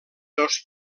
dos